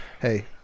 hey